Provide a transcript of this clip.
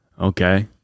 Okay